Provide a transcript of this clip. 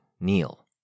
Neil